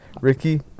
Ricky